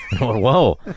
whoa